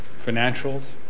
financials